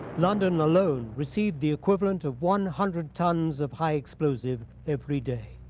london alone received the equivalent of one hundred tons of high explosive every day.